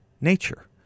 nature